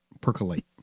percolate